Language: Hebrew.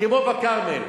כמו בכרמל,